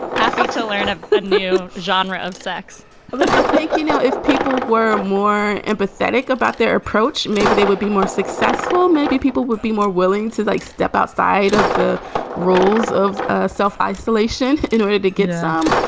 happy to learn a but new genre of sex i think, you know, if people were more empathetic about their approach, maybe they would be more successful. maybe people would be more willing to like step outside of the roles of ah self-isolation in order in order to get some.